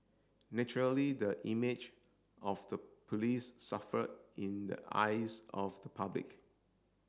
naturally the image of the police suffered in the eyes of the public